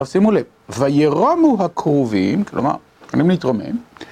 אז שימו לב, וירומו הקרובים, כלומר, מקדימים להתרומם.